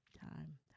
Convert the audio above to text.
time